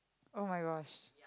oh-my-gosh